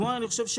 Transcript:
כמובן אני חושב,